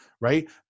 right